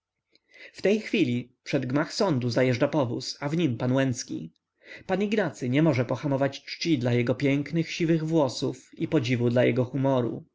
w tej chwili przed gmach sądu zajeżdża powóz a w nim pan łęcki pan ignacy nie może pohamować czci dla jego pięknych siwych wąsów i podziwu dla jego humoru